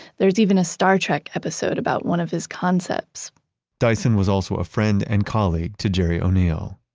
there's even a star trek episode about one of his concepts dyson was also a friend and colleague to gerry o'neill.